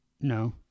no